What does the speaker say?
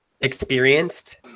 experienced